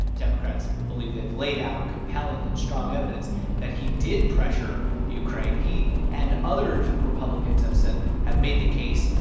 democrats believe they've laid out compelling and strong evidence that he did pressure ukraine. he and other republicans have said have made the case,